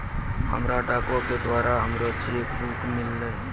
हमरा डाको के द्वारा हमरो चेक बुक मिललै